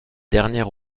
derniers